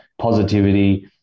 positivity